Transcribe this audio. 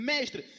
Mestre